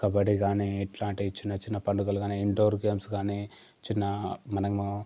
కబడ్డీ కానీ ఇట్లాంటి చిన్న చిన్న పండగలు కానీ ఇండోర్ గేమ్స్ కానీ చిన్న మనము